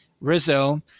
Rizzo